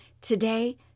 today